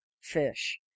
fish